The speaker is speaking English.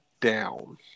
down